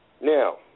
Now